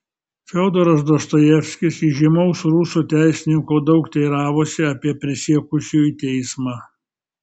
fiodoras dostojevskis įžymaus rusų teisininko daug teiravosi apie prisiekusiųjų teismą